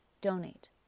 Donate